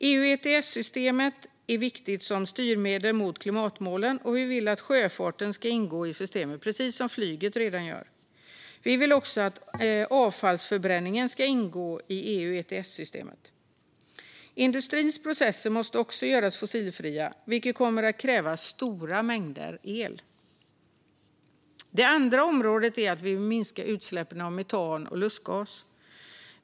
EU ETS-systemet är viktigt som styrmedel mot klimatmålen, och vi vill att sjöfarten ska ingå i systemet, precis som flyget redan gör. Vi vill också att avfallsförbränningen ska ingå i EU ETS-systemet. Industrins processer måste också göras fossilfria, vilket kommer att kräva stora mängder el. Det andra området är minskning av utsläppen av metan och lustgas.